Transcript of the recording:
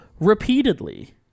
repeatedly